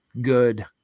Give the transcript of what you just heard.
good